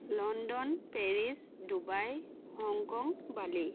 London Paris Dubai Hong Kong Bali